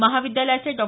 महाविद्यालयाचे डॉ